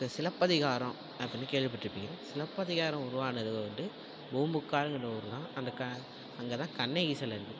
இந்த சிலப்பதிகாரோம் அப்படின்னு கேள்விப்பட்டுருப்பிங்க சிலப்பதிகாரம் உருவானதுல வந்துட்டு பூம்புகாருன்ற ஊர் தான் அங்கே க அங்கே தான் கண்ணகி சில இருக்கு